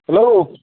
hello